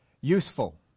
useful